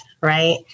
right